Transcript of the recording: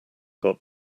got